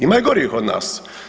Ima i gorih od nas.